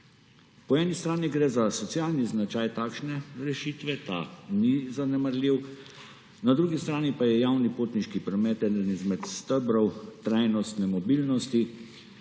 Po eni strani gre za socialni značaj takšne rešitve, ta ni zanemarljiv, na drugi strani pa je javni potniški promet eden izmed stebrov trajnostne mobilnosti.